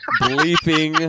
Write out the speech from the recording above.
bleeping